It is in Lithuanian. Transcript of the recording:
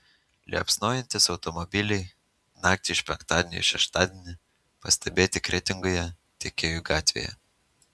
liepsnojantys automobiliai naktį iš penktadienio į šeštadienį pastebėti kretingoje tiekėjų gatvėje